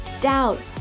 doubt